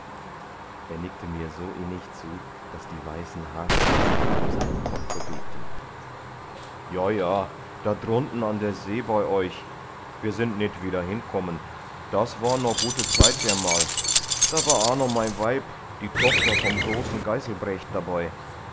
er nickte mir so innig zu daß die weißen haarspießchen auf seinem kopfe bebten ja ja da drunten an der see bei euch wir sind nit wieder hinkommen das war no gute zeit dermal da war aa noch mein weib die tochter vom großen geißelbrecht dabei